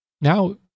now